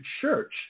church